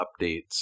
updates